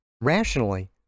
Rationally